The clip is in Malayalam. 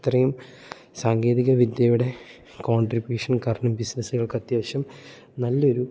ഇത്രയും സാങ്കേതിക വിദ്യയുടെ കോൺട്രിബ്യൂഷൻ കാരണം ബിസിനസ്സുകൾക്ക് അത്യാവശ്യം നല്ലൊരു